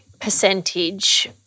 percentage